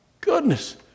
goodness